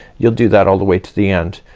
you'll do that all the way to the end.